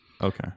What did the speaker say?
Okay